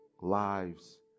lives